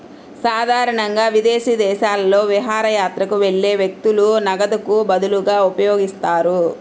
సాధారణంగా విదేశీ దేశాలలో విహారయాత్రకు వెళ్లే వ్యక్తులు నగదుకు బదులుగా ఉపయోగిస్తారు